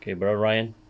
K brother ryan